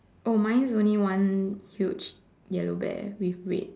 oh mine is only one huge yellow bear with red